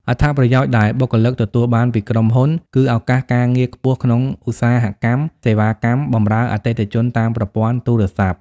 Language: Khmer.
អត្ថប្រយោជន៍ដែលបុគ្គលិកទទួលបានពីក្រុមហ៊ុន គឺឱកាសការងារខ្ពស់ក្នុងឧស្សាហកម្មសេវាកម្មបម្រើអតិថិជនតាមប្រព័ន្ធទូរស័ព្ទ។